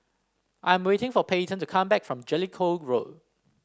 I'm waiting for Payton to come back from Jellicoe Road